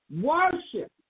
Worship